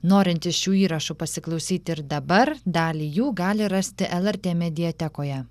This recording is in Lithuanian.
norintys šių įrašų pasiklausyti ir dabar dalį jų gali rasti lrt mediatekoje